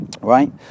right